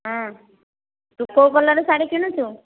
ହଁ ତୁ କେଉଁ କଲର୍ର ଶାଢ଼ୀ କିଣୁଛୁ